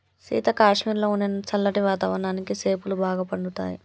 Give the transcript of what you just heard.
సీత కాశ్మీరులో ఉండే సల్లటి వాతావరణానికి సేపులు బాగా పండుతాయి